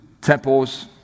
temples